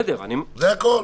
זה הכול.